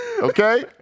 Okay